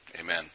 Amen